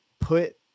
put